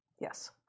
Yes